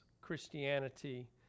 Christianity